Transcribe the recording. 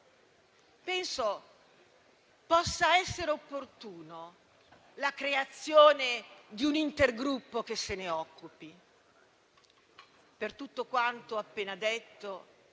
Penso possa essere opportuna la creazione di un intergruppo che se ne occupi. Per tutto quanto appena detto,